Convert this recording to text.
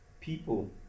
people